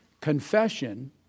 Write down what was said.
Confession